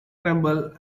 tremble